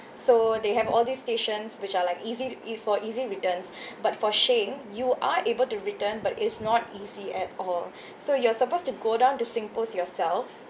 so they have all these stations which are like easy ea~ for easy returns but for shein you are able to return but it's not easy at all so you're supposed to go down to singpost yourself